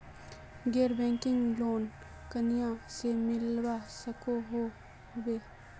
गैर banking loan कुनियाँ से मिलवा सकोहो होबे?